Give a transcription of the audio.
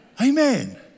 Amen